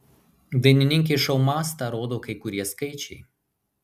dainininkės šou mastą rodo kai kurie skaičiai